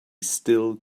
still